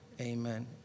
Amen